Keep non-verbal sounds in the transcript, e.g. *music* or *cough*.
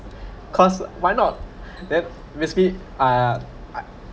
*breath* cause why not *breath* then risky uh I